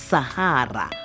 Sahara